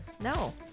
No